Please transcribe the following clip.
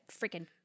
freaking